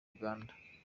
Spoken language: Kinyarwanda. uganda